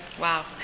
Wow